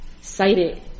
cited